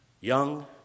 young